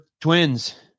twins